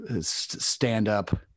stand-up